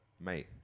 mate